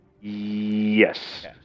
Yes